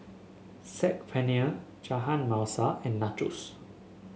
Saag Paneer Chana Masala and Nachos